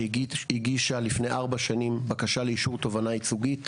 שהגישה לפני ארבע שנים בקשה לאישור תובנה ייצוגית,